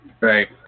Right